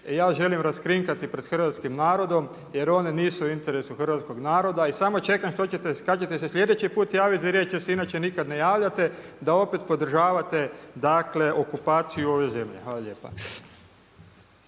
one nisu u interesu hrvatskog naroda. Jer one nisu u interesu hrvatskoga naroda i samo čekam kada ćete se sljedeći put javiti za riječ jer se inače nikada ne javljate da opet podržavate dakle okupaciju ove zemlje. Hvala lijepa.